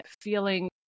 feeling